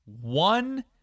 One